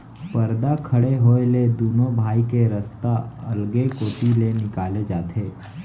परदा खड़े होए ले दुनों भाई के रस्ता अलगे कोती ले निकाले जाथे